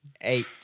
eight